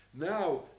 Now